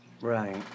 Right